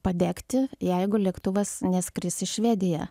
padegti jeigu lėktuvas neskris į švediją